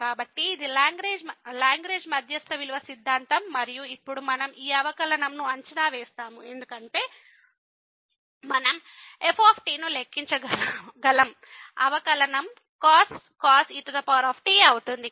కాబట్టి ఇది లాగ్రేంజ్ మధ్యస్థ విలువ సిద్ధాంతం మరియు ఇప్పుడు మనం ఈ అవకలనం ను అంచనా వేస్తాము ఎందుకంటే మనం f ను లెక్కించగల అవకలనం cos et అవుతుంది